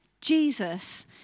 Jesus